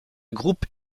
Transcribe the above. groupe